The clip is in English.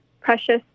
precious